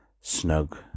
snug